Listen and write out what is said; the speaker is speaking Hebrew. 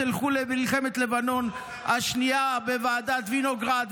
תלכו למלחמת לבנון השנייה וועדת וינוגרד,